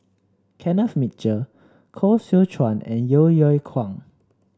Kenneth Mitchell Koh Seow Chuan and Yeo Yeow Kwang